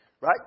Right